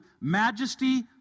majesty